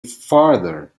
farther